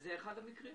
כאשר זה אחד המקרים.